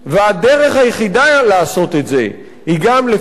הדרך היחידה היא לעשות את זה היא גם לפרסם